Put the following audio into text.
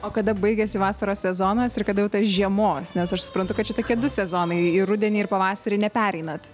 o kada baigiasi vasaros sezonas ir kada jau tas žiemos nes aš suprantu kad čia tokie du sezonai į rudenį ir pavasarį nepereinat